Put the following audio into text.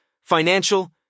financial